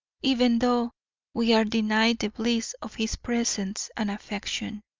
even though we are denied the bliss of his presence and affection.